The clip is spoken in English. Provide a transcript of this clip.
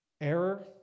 error